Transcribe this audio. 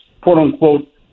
quote-unquote